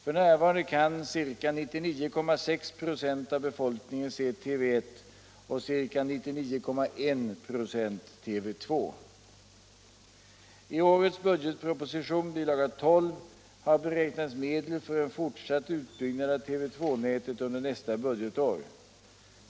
F.n. kan ca 99,6 96 av befolkningen se TV 1 och ca 99,18 TV 2 I årets budgetproposition, bil. 12, har beräknats medel för en fortsatt utbyggnad av TV 2-nätet under nästa budgetår.